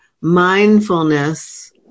mindfulness